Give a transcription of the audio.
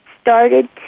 started